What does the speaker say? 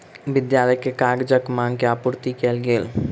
विद्यालय के कागजक मांग के आपूर्ति कयल गेल